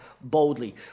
boldly